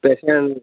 patient